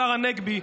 השר הנגבי,